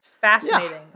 Fascinating